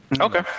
Okay